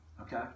Okay